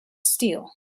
steel